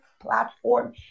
platform